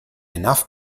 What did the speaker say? enough